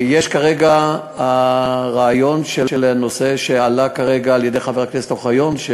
כרגע הועלה רעיון על-ידי חבר הכנסת אוחיון: